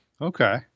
Okay